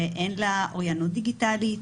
שאין לה אוריינות דיגיטלית,